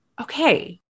okay